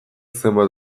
zenbat